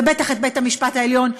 ובטח בית-המשפט העליון,